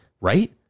right